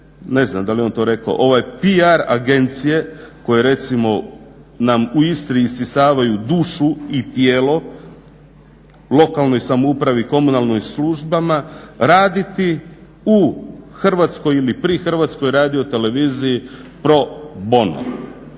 ne znam da li je on to rekao, PR agencije koje recimo nam u Istri isisavaju dušu i tijelo lokalnoj samoupravi i komunalnim službama raditi u HRT-u ili pri HRT-u pro bono.